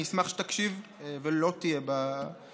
אני אשמח שתקשיב ולא תהיה בטלפון,